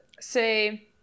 say